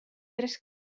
tres